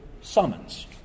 summons